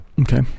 Okay